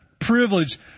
privilege